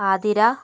Athira